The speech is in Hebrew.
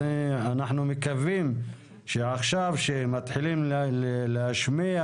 אנחנו מקווים שעכשיו שמתחילים להשמיע